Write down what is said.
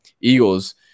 Eagles